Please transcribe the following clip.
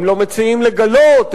הם לא מציעים לגלות,